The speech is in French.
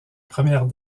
première